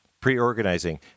Pre-organizing